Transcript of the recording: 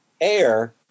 air